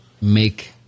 make